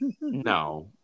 no